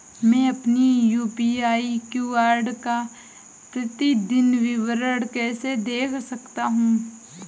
मैं अपनी UPI QR code का प्रतीदीन विवरण कैसे देख सकता हूँ?